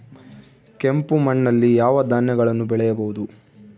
ಕೆಂಪು ಮಣ್ಣಲ್ಲಿ ಯಾವ ಧಾನ್ಯಗಳನ್ನು ಬೆಳೆಯಬಹುದು?